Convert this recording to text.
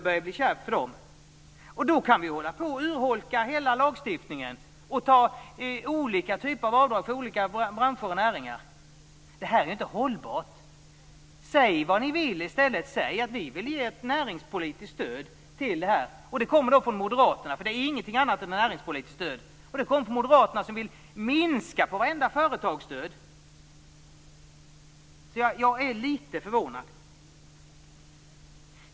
Vi kan hålla på att urholka hela lagstiftningen och ge olika typer av avdrag för olika branscher och näringar. Det är inte hållbart. Säg vad ni vill i stället. Säg att ni vill ge ett näringspolitiskt stöd till detta. Detta kommer från Moderaterna, som vill minska på varenda företagsstöd. Jag är lite förvånad.